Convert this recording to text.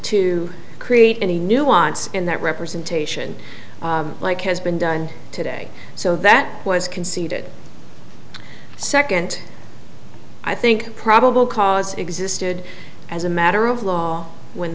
to create any nuance in that representation like has been done today so that was conceded second i think probable cause existed as a matter of law when